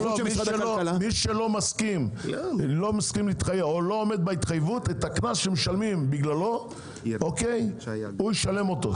מי שלא עומד בהתחייבות - את הקנס שמשלמים בגללו הוא ישלם אותו.